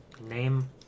name